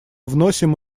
вносим